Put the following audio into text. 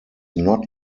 not